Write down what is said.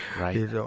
right